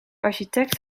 architect